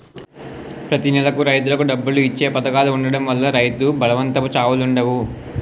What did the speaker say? ప్రతి నెలకు రైతులకు డబ్బులు ఇచ్చే పధకాలు ఉండడం వల్ల రైతు బలవంతపు చావులుండవు